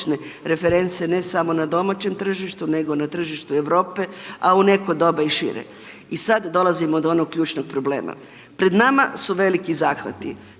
reference ne samo na domaćem tržištu nego na tržištu Europe a u neko doba i šire. I sad dolazimo do onog ključnog problema, pred nama su veliki zahvati,